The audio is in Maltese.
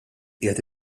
qiegħed